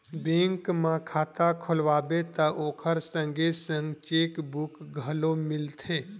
bank म खाता खोलवाबे त ओखर संगे संग चेकबूक घलो मिलथे